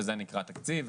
שזה נקרא תקציב,